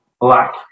black